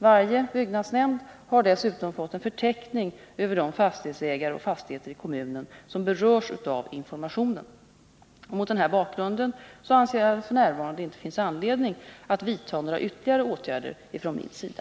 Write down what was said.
Varje byggnadsnämnd har dessutom fått en förteckning över de fastighetsägare och fastigheter i kommunen som berörs av informationen. Mot den här bakgrunden anser jag att det f. n. inte finns anledning att vidta några ytterligare åtgärder från min sida.